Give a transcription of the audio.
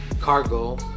cargo